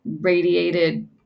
radiated